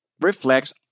reflects